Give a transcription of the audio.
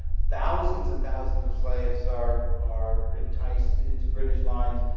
thousands and thousands of slaves are are enticed into british lines,